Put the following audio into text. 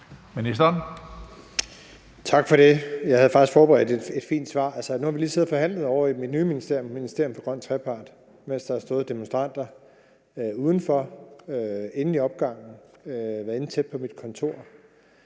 Bruus): Tak for det. Jeg havde faktisk forberedt et fint svar. Men nu har vi lige siddet og forhandlet ovre i mit nye ministerium, Ministeriet for Grøn Trepart, mens der har stået demonstranter udenfor og inde i opgangen, og nogle har været inde tæt på mit kontor,